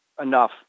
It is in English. enough